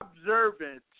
observant